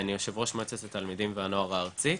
אני יושב ראש מועצת התלמידים והנוער הארצית.